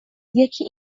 یکی